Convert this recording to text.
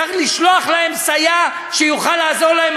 צריך לשלוח להם סייע שיוכל לעזור להם